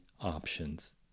options